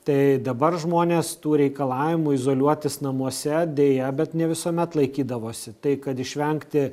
tai dabar žmonės tų reikalavimų izoliuotis namuose deja bet ne visuomet laikydavosi tai kad išvengti